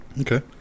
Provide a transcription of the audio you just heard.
Okay